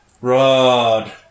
Rod